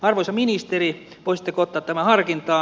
arvoisa ministeri voisitteko ottaa tämän harkintaan